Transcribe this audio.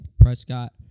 Prescott